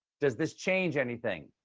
does this change anything,